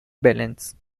balance